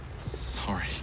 Sorry